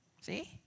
see